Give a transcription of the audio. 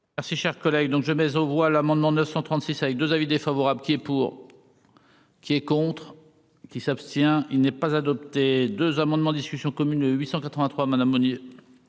Merci, cher collègue, donc je mais aux voix l'amendement 936 avec 2 avis défavorables. Qui est pour, qui est contre. Qui s'abstient, il n'est pas adopté 2 amendements discussion commune 883 Madame Monnier.